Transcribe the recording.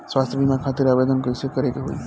स्वास्थ्य बीमा खातिर आवेदन कइसे करे के होई?